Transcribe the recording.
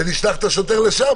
נשלח את השוטר לשם,